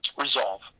resolve